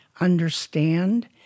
understand